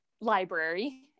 library